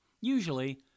Usually